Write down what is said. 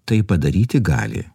tai padaryti gali